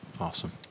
Awesome